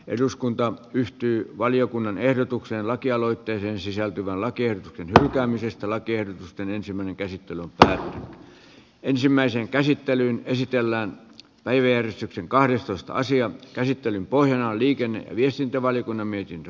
eduskunta yhtyi valiokunnan ehdotukseen lakialoitteeseen sisältyvällä kertynyt jäämisestä lakiehdotusten ensimmäinen käsittelyltä ensimmäisen käsittelyn esitellään päivystyksen kahdestoista asian käsittelyn pohjana on liikenne ja viestintävaliokunnan mietintö